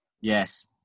yes